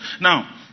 Now